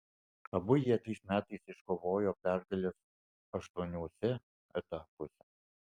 abu jie tais metais iškovojo pergales aštuoniuose etapuose